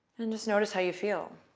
and just notice how you feel.